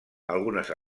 algunes